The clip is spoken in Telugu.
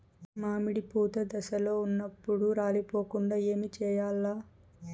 మామిడి పూత దశలో ఉన్నప్పుడు రాలిపోకుండ ఏమిచేయాల్ల?